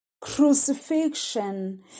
crucifixion